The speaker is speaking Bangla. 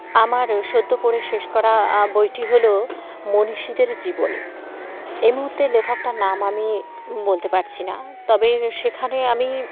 আমার সদ্য পড়ে শেষ করা বইটি হলো মনীষীদের জীবনী এই মুহূর্তে লেখকটার নাম আমি বলতে পারছি না তবে সেখানে আমি